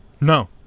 No